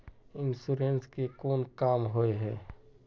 Insurance के कोन काम होय है?